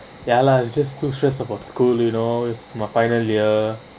ya lah it's just too stressed about school you know is my final year